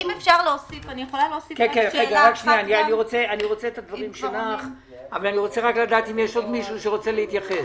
האם יש עוד מישהו שרוצה להתייחס?